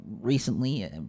recently